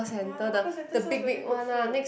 ya the hawker centre sells really good food